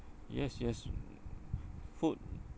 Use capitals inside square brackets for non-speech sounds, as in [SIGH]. yes yes [NOISE] food